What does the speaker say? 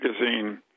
magazine